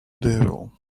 devil